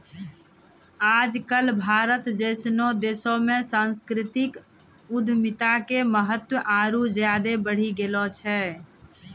आज कल भारत जैसनो देशो मे सांस्कृतिक उद्यमिता के महत्त्व आरु ज्यादे बढ़ि गेलो छै